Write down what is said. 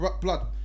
Blood